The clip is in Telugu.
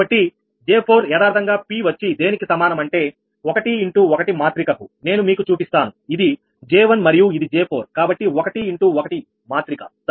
కాబట్టి J4 యదార్ధంగా p వచ్చి దేనికి సమానం అంటే 1 ఇన్ టూ 1 మాత్రిక కు నేను మీకు చూపిస్తాను ఇది J1 మరియు ఇది J4 కాబట్టి 1 ఇన్ టూ 1 మాత్రిక సరేన